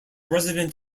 resident